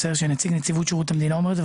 נציג נציבות שירות המדינה אומר את זה,